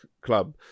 club